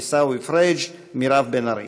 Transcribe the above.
עיסאווי פריג' ומירב בן ארי.